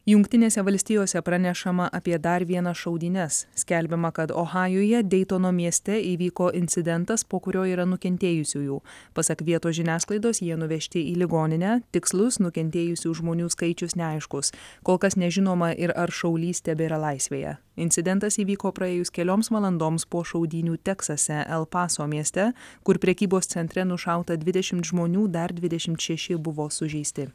jungtinėse valstijose pranešama apie dar vienas šaudynes skelbiama kad ohajuje deitono mieste įvyko incidentas po kurio yra nukentėjusiųjų pasak vietos žiniasklaidos jie nuvežti į ligoninę tikslus nukentėjusių žmonių skaičius neaiškus kol kas nežinoma ir ar šaulys tebėra laisvėje incidentas įvyko praėjus kelioms valandoms po šaudynių teksase el paso mieste kur prekybos centre nušauta dvidešimt žmonių dar dvidešimt šeši buvo sužeisti